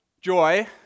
joy